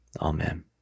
Amen